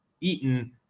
eaten